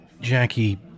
Jackie